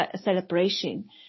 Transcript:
celebration